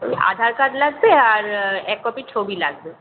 আধার card লাগবে আর এক কপি ছবি লাগবে